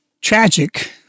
Tragic